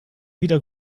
wieder